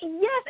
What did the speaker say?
Yes